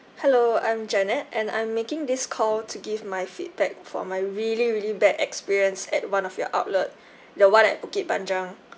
hello I'm janet and I'm making this call to give my feedback for my really really bad experience at one of your outlet the one at bukit panjang